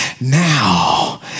Now